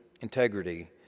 integrity